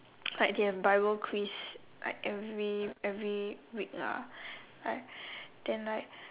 like they have bible quiz like every every week lah like then like